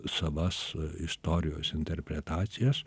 savas istorijos interpretacijas